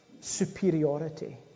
superiority